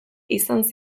izan